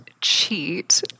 cheat